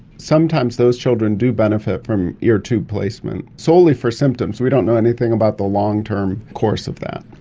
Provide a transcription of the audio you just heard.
sometimes those children do benefit from ear tube placement, solely for symptoms, we don't know anything about the long-term course of that.